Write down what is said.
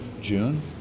June